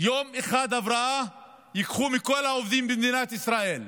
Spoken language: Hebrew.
יום אחד הבראה ייקחו מכל העובדים במדינת ישראל,